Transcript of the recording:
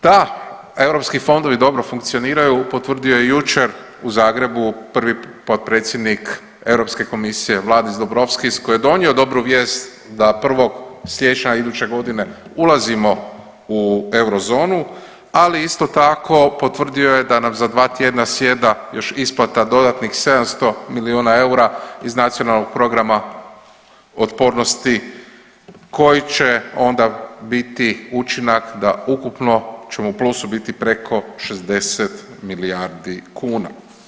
Da europski fondovi dobro funkcioniraju potvrdio je jučer u Zagrebu prvi potpredsjednik Europske komisije Valdis Dombrovskis koji je donio dobru vijest da 1. siječnja iduće godine ulazimo u eurozonu, ali isto tako potvrdio je da nam za dva tjedna sjeda još isplata dodatnih 700 milijuna eura iz NPOO-a koji će onda biti učinak da ukupno ćemo u plusu biti preko 60 milijardi kuna.